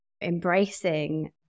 embracing